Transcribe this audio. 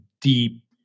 deep